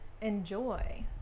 Enjoy